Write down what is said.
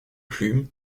plume